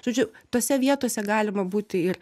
žodžiu tose vietose galima būti ir